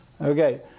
Okay